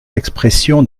l’expression